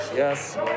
Yes